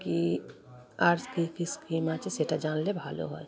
কী আর কী কী স্কিম আছে সেটা জানলে ভালো হয়